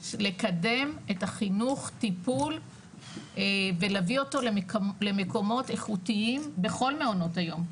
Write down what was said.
לקדם את החינוך טיפול ולהביא אותו למקומות איכותיים בכל מעונות היום,